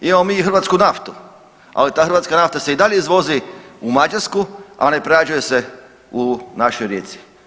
Imamo mi i hrvatsku naftu, ali ta hrvatska nafta se i dalje izvozi u Mađarsku, a ne prerađuje se u našoj Rijeci.